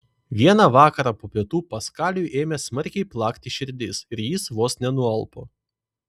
vieną vakarą po pietų paskaliui ėmė smarkiai plakti širdis ir jis vos nenualpo